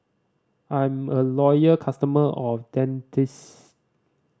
I'm a loyal customer of Dentiste